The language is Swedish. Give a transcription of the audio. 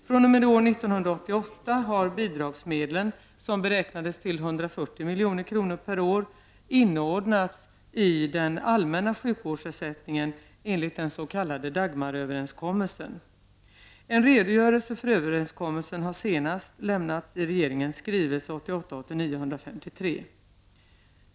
fr.o.m. år 1988 har bidragsmedlen, som beräknades till 140 milj.kr. per år, inordnats i den allmänna sjukvårdsersättningen enligt den s.k. Dagmaröverenskommelsen. En redogörelse för överenskommelsen har senast lämnats i regeringens skrivelse 1988/89:153.